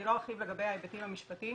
אני לא ארחיב לגבי ההיבטים המשפטיים,